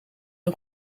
een